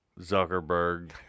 Zuckerberg